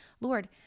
Lord